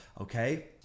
okay